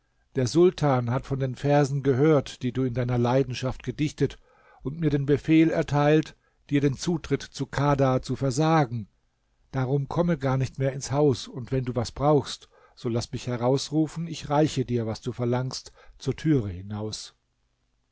der sultan hat von den versen gehört die du in deiner leidenschaft gedichtet und mir den befehl erteilt dir den zutritt zu kadha zu versagen drum komme gar nicht mehr ins haus und wenn du was brauchst so laß mich herausrufen ich reiche dir was du verlangst zur türe hinaus